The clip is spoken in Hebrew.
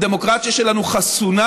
הדמוקרטיה שלנו חסונה,